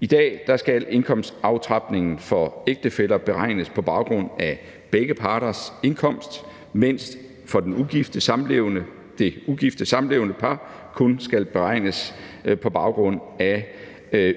I dag skal indkomstaftrapningen for ægtefæller beregnes på baggrund af begge parters indkomst, mens den for det ugifte samlevende par kun skal beregnes på baggrund af